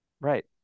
Right